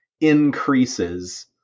increases